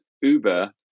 Uber